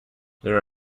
there